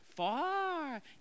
Far